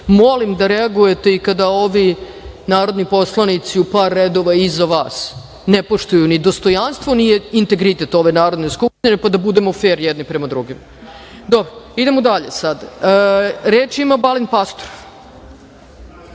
molim da reagujete i kada ovi narodni poslanici u par redova iza vas ne poštuju ni dostojanstvo, ni integritet ove Narodne skupštine, pa da budemo fer jedni prema drugima. Idemo dalje sada. Reč ima Balint